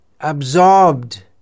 absorbed